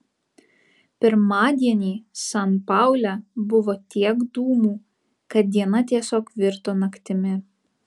pirmadienį san paule buvo tiek dūmų kad diena tiesiog virto naktimi